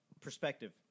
perspective